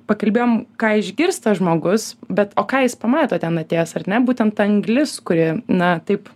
pakalbėjom ką išgirsta žmogus bet o ką jis pamato ten atėjęs ar ne būtent anglis kuri na taip